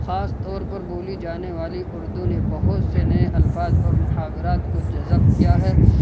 خاص طور پر بولی جانے والی اردو نے بہت سے نئے الفاظ اور محاورات کو جذب کیا ہے